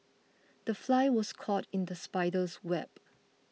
the fly was caught in the spider's web